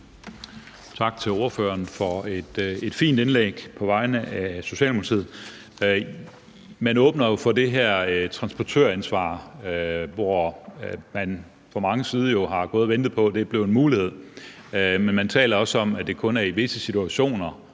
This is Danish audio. Tak til ordføreren for et fint indlæg på vegne af Socialdemokratiet. Man åbner for det her transportøransvar, hvor man fra manges side jo har gået og ventet på, at det blev en mulighed. Man taler også om, at det kun er i visse situationer,